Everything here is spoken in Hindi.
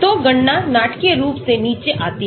तो गणना नाटकीय रूप से नीचे आती है